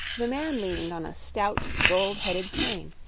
the man leaned on a stout gold-headed cane,